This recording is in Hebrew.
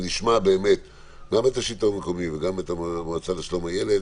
ונשמע באמת גם את השלטון המקומי וגם את המועצה לשלום הילד.